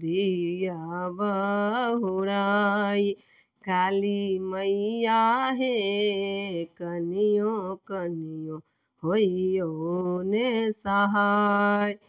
दिअ ने बहुराय काली मैया हेऽ कनियो कनियो होइयौ ने सहाय